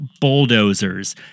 bulldozers